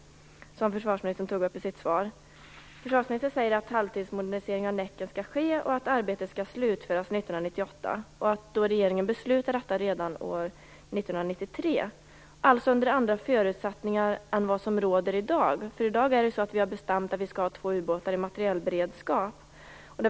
Försvarsministern säger i sitt svar att en halvtidsmodernisering av Näcken skall ske och att arbetet skall slutföras 1998, då regeringen beslutade detta redan 1993. Det var alltså under andra förutsättningar än de som råder i dag. Vi har ju bestämt att vi skall ha två ubåtar i materiell beredskap.